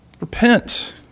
Repent